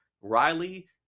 riley